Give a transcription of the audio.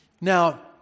Now